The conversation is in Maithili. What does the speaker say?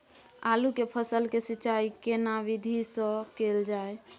आलू के फसल के सिंचाई केना विधी स कैल जाए?